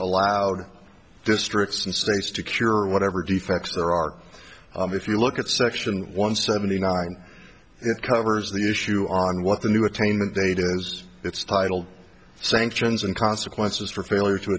allowed districts and states to cure or whatever defects there are if you look at section one seventy nine it covers the issue on what the new attainment date is it's titled sanctions and consequences for failure to